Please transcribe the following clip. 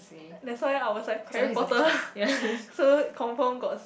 that's why I was like Harry-Potter so confirm got